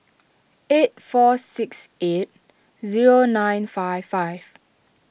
eight four six eight zero nine five five